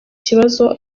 kibazo